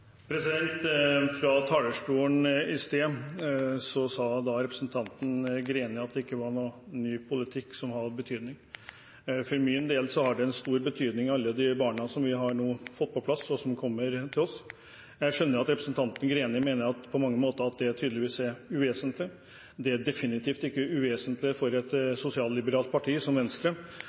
ikke var noen ny politikk som har betydning. For min del har det stor betydning, alle de barna som vi nå har fått på plass, og som kommer til oss. Jeg skjønner jo at representanten Greni tydeligvis mener at det på mange måter er uvesentlig, men det er definitivt ikke uvesentlig for et sosialliberalt parti som Venstre.